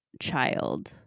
child